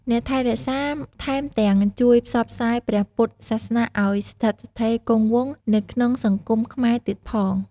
អ្នកថែរក្សា ថែមទាំងជួយផ្សព្វផ្សាយព្រះពុទ្ធសាសនាឲ្យស្ថិតស្ថេរគង់វង្សនៅក្នុងសង្គមខ្មែរទៀតផង។